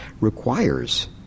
requires